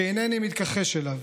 שאינני מתכחש אליו,